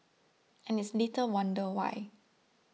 and it's little wonder why